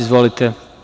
Izvolite.